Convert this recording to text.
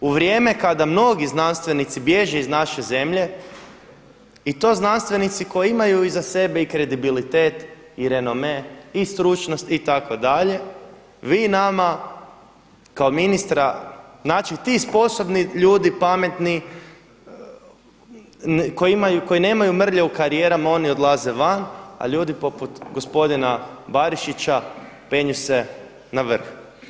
U vrijeme kada mnogi znanstvenici bježe iz naše zemlje i to znanstvenici koji imaju iza sebe i kredibilitet i renome i stručnost itd., vi nama kao ministra znači ti sposobni ljudi pametni koji nemaju mrlje u karijerama oni odlaze van, a ljudi poput gospodina Barišića penju se na vrh.